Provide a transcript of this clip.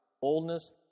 Boldness